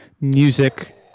Music